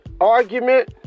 argument